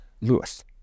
Lewis